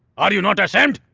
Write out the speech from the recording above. are you not ashamed?